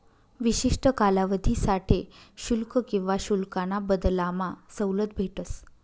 विशिष्ठ कालावधीसाठे शुल्क किवा शुल्काना बदलामा सवलत भेटस